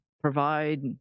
provide